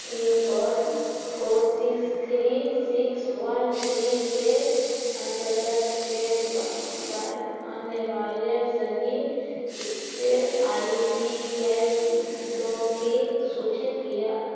pin code four six three one three के अंतर्गत आने वाले सभी ई एस आई सी केंद्रों की सूचीत किया